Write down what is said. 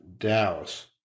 Dallas